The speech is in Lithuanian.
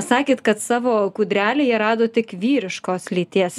sakėt kad savo kūdrelėje radot tik vyriškos lyties